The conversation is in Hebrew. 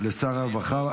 לשר הרווחה,